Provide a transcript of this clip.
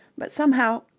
but somehow,